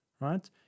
Right